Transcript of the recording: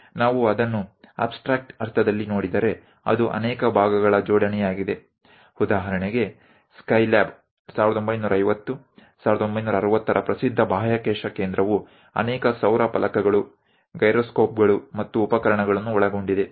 ನಾವು ಅದನ್ನು ಅಬ್ಸ್ಟ್ರಾಕ್ಟ್ ಅರ್ಥದಲ್ಲಿ ನೋಡಿದರೆ ಅದು ಅನೇಕ ಭಾಗಗಳ ಜೋಡಣೆಯಾಗಿದೆ ಉದಾಹರಣೆಗೆ ಸ್ಕೈಲ್ಯಾಬ್ 1950 1960 ರ ಪ್ರಸಿದ್ಧ ಬಾಹ್ಯಾಕಾಶ ಕೇಂದ್ರವು ಅನೇಕ ಸೌರ ಫಲಕಗಳು ಗೈರೊಸ್ಕೋಪ್ಗಳು ಮತ್ತು ಉಪಕರಣಗಳನ್ನು ಒಳಗೊಂಡಿದೆ